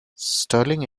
stirling